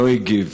לא הגיב.